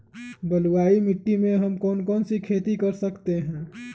बलुई मिट्टी में हम कौन कौन सी खेती कर सकते हैँ?